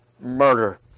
murder